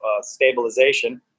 stabilization